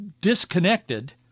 disconnected